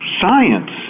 science